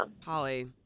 Holly